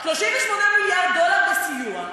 38 מיליארד דולר בסיוע,